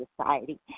society